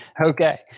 Okay